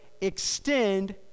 extend